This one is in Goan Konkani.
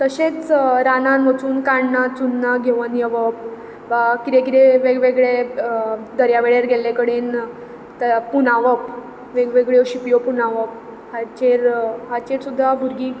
तशेंच रानांत वचून काण्णां चुन्नां घेवन येवप वा कितें कितें वेग वेगळे दर्यावेळेर गेल्ले कडेन पुंजावप वेग वेगळ्यो शिंप्यो पुंजावप हाचेर हाचेर सुद्दां भुरगीं